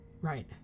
Right